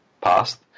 past